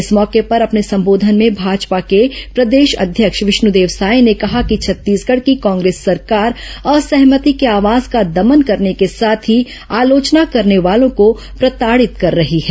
इस मौके पर अपने संबोधन में भाजपा के प्रदेश अध्यक्ष विष्णुदेव साय ने ेंकहा कि छत्तीसगढ़ की कांग्रेस सरकार असहमति की आवाज का दमन करने के साथ ही आलोचना करने वालों को प्रताड़ित कर रही है